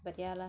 but yeah lah